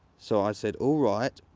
so i said all right.